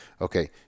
okay